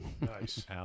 nice